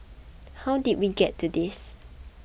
how did we get to this